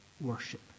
worship